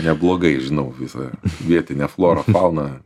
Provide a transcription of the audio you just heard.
neblogai žinau visą vietinę florą fauną